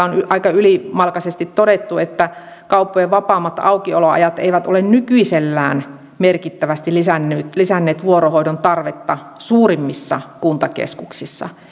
on aika ylimalkaisesti todettu että kauppojen vapaammat aukioloajat eivät ole nykyisellään merkittävästi lisänneet vuorohoidon tarvetta suurimmissa kuntakeskuksissa